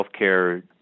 healthcare